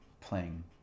playing